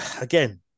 again